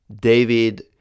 David